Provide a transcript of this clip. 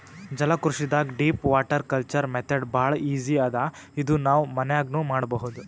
ಜಲಕೃಷಿದಾಗ್ deep water culture method ಭಾಳ್ easy ಅದಾ ಇದು ನಾವ್ ಮನ್ಯಾಗ್ನೂ ಮಾಡಬಹುದ್